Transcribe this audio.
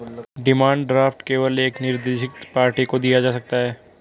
demand draft केवल एक निरदीक्षित पार्टी को दिया जा सकता है